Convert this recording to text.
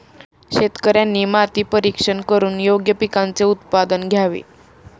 शेतकऱ्यांनी माती परीक्षण करून योग्य पिकांचे उत्पादन घ्यावे